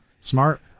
smart